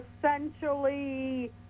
essentially